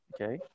Okay